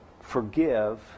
forgive